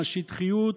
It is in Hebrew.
מהשטחיות,